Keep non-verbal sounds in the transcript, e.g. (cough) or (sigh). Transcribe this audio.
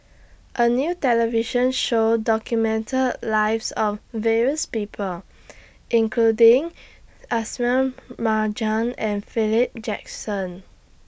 A New television Show documented Lives of various People (noise) including Ismail Marjan and Philip Jackson